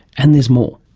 and there's more.